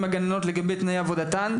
הגננות והסייעות בנושא תנאי העסקתן.